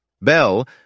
Bell